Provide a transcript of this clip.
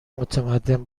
متمدن